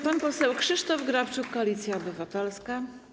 Pan poseł Krzysztof Grabczuk, Koalicja Obywatelska.